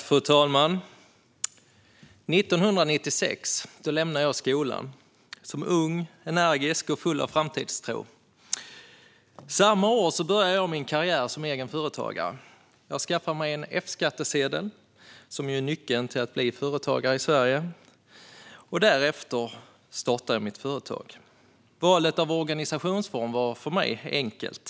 Fru talman! År 1996 lämnade jag skolan ung, energisk och full av framtidstro. Samma år började jag min karriär som egen företagare. Jag skaffade mig en F-skattsedel som ju är nyckeln till att bli företagare i Sverige. Därefter startade jag mitt företag. Valet av organisationsform var för mig enkelt.